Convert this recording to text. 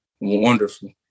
wonderful